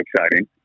exciting